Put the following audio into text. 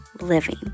living